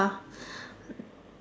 uh